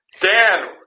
Dan